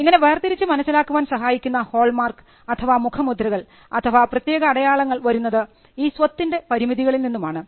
ഇങ്ങനെ വേർതിരിച്ച് മനസ്സിലാക്കാൻ സഹായിക്കുന്ന ഹോൾ മാർക്ക് അഥവാ മുഖമുദ്രകൾ അഥവാ പ്രത്യേക അടയാളങ്ങൾ വരുന്നത് ഈ സ്വത്തിൻറെ പരിമിതികളിൽ നിന്നും ആണ്